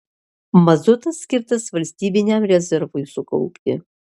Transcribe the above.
mazutas skirtas valstybiniam rezervui sukaupti